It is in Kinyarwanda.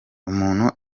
umuntu